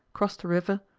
crossed a river,